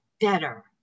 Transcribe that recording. better